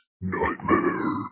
Nightmare